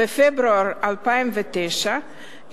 בפברואר 2009,